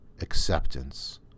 acceptance